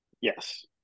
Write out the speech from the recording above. Yes